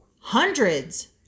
hundreds